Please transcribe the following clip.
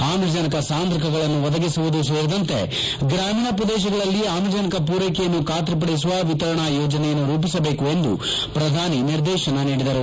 ಆಮ್ಲಜನಕ ಸಾಂದ್ರಕಗಳನ್ನು ಒದಗಿಸುವುದು ಸೇರಿದಂತೆ ಗ್ರಾಮೀಣ ಪ್ರದೇಶಗಳಲ್ಲಿ ಆಮ್ಲಜನಕ ಪೂರೈಕೆಯನ್ನು ಬಾತ್ರಿಪಡಿಸುವ ವಿತರಣಾ ಯೋಜನೆಯನ್ನು ರೂಪಿಸಬೇಕು ಎಂದು ಪ್ರಧಾನಿ ನಿರ್ದೇತನ ನೀಡಿದರು